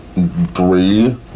Three